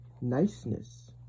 niceness